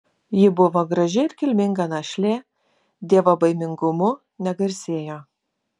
ji buvo graži ir kilminga našlė dievobaimingumu negarsėjo